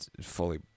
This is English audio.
fully